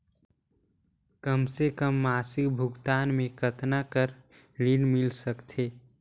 कम से कम मासिक भुगतान मे कतना कर ऋण मिल सकथे?